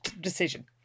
decision